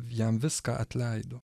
jam viską atleido